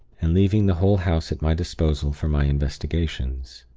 and leaving the whole house at my disposal for my investigations.